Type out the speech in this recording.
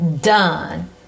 done